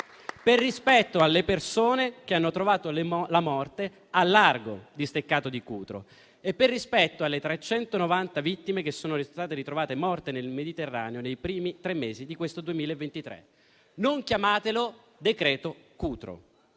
per rispetto di quelle persone che hanno trovato la morte al largo di Steccato di Cutro e per le 390 vittime che sono state ritrovate morte nel Mediterraneo nei primi tre mesi di questo 2023. Non chiamatelo decreto-legge